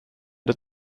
der